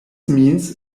means